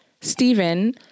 Stephen